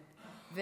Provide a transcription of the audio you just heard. לא,